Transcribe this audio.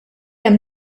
hemm